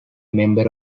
member